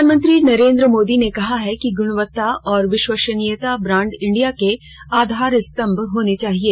प्रधानमंत्री नरेंद्र मोदी ने कहा है कि गुणवत्ता और विश्वसनीयता ब्रांड इंडिया के आधार स्तंभ होने चाहिए